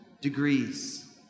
degrees